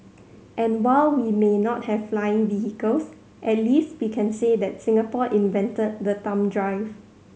and while we may not have flying vehicles at least we can say that Singapore invented the thumb drive